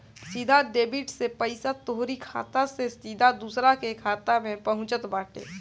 सीधा डेबिट से पईसा तोहरी खाता से सीधा दूसरा के खाता में पहुँचत बाटे